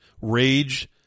rage